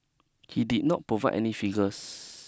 he did not provide any figures